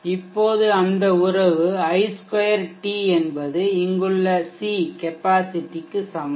இப்போது அந்த உறவு i ஸ்கொயர் t என்பது இங்குள்ள C கெப்பாசிட்டி க்கு சமம்